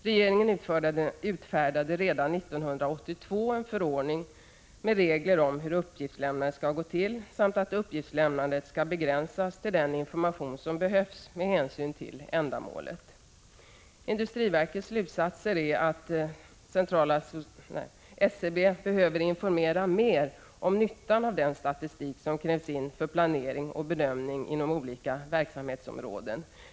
Regeringen utfärdade redan 1982 en förordning med regler om hur uppgiftslämnandet skall gå till och fastställde att uppgiftslämnandet skall begränsas till den information som behövs med hänsyn till ändamålet. Industriverkets slutsatser är att SCB behöver informera mer om nyttan av den statistik som krävs in för planering och bedömning inom olika verksamhetsområden.